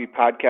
Podcast